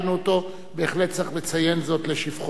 בהחלט צריך לציין זאת לשבחה של המשטרה.